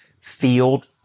field